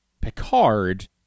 Picard